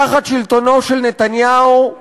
תחת שלטונו של נתניהו,